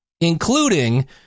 including